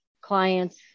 clients